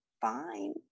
fine